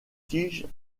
tiges